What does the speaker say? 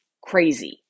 crazy